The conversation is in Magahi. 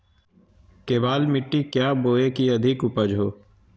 केबाल मिट्टी क्या बोए की अधिक उपज हो?